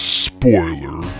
spoiler